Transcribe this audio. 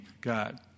God